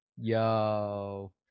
Yo